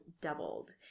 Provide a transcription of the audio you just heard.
Doubled